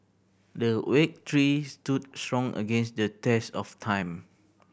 the week tree stood strong against the test of time